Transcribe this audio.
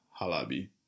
Halabi